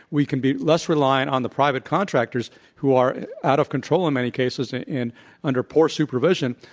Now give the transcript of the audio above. we can be less reliant on the private contractors who are out of control in many cases and under poor supervision.